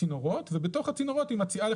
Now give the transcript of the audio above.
אני מציע לא